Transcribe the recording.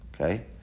Okay